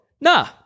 no